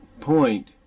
point